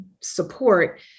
support